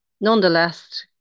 nonetheless